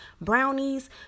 brownies